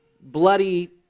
bloody